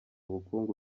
bukungu